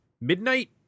midnight